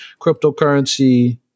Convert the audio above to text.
cryptocurrency